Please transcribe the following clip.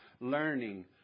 learning